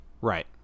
Right